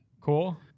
cool